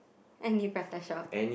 any prata shop